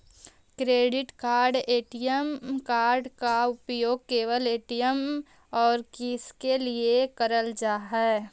Credit card ATM card के उपयोग केवल ए.टी.एम और किसके के लिए करल जा है?